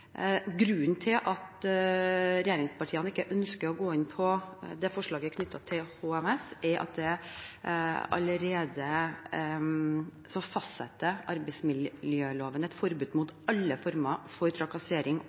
Grunnen til at regjeringspartiene ikke ønsker å gå inn på forslaget knyttet til HMS, er at arbeidsmiljøloven allerede fastsetter et forbud mot alle former for trakassering